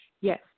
Yes